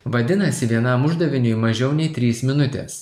vadinasi vienam uždaviniui mažiau nei trys minutės